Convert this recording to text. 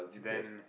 then